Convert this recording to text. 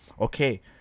Okay